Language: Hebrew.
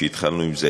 כשהתחלנו עם זה,